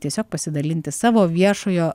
tiesiog pasidalinti savo viešojo